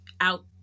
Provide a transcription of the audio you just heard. out